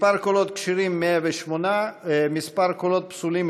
מספר הקולות הכשרים, 108, מספר הקולות הפסולים,